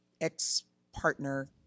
ex-partner